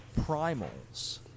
primals